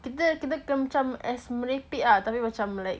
kita kena macam as merepek ah tapi macam like